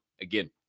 again